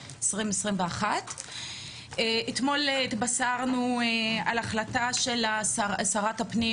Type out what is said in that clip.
2021. אתמול התבשרנו על החלטה של שרת הפנים,